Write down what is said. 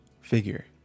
figure